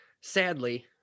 sadly